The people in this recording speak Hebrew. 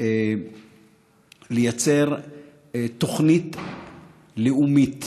לייצר תוכנית לאומית